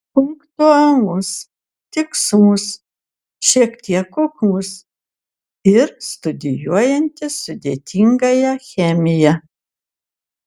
punktualus tikslus šiek tiek kuklus ir studijuojantis sudėtingąją chemiją